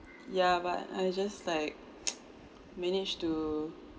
ya but I just like managed to